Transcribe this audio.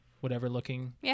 whatever-looking